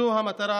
זו המטרה